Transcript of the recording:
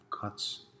cuts